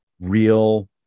real